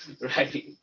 Right